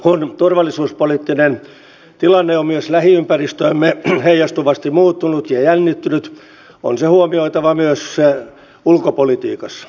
kun turvallisuuspoliittinen tilanne on myös lähiympäristöömme heijastuvasti muuttunut ja jännittynyt on se huomioitava myös ulkopolitiikassa